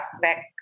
back